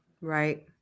Right